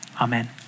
Amen